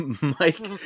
Mike